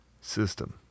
system